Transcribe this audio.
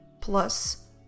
plus